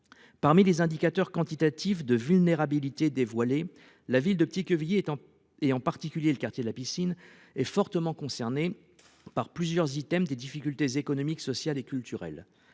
Parmi les indicateurs quantitatifs de vulnérabilité dévoilés, la ville de Petit-Quevilly, en particulier le quartier de la Piscine, est fortement concernée par plusieurs items des difficultés économiques, sociales et culturelles.